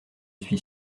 suis